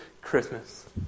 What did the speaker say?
Christmas